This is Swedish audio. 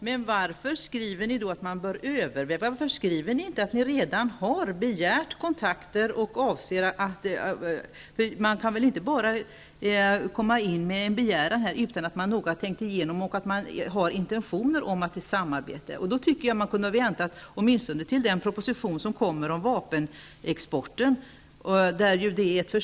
Herr talman! Men varför skriver ni då att man bör överväga, inte att ni redan har begärt kontakter? Man kan väl inte komma in med en begäran utan att man noga har tänkt igenom den och utan att ha intentioner till samarbete. Jag tycker därför att man kunde ha väntat åtminstone till framläggandet av propositionen om vapenexpeorten.